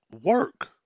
work